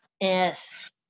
Yes